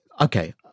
Okay